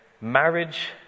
marriage